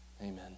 Amen